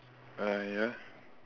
ah ya